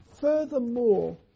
Furthermore